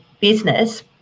business